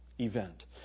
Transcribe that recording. event